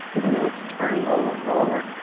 even though it's turning over and over.